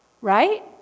right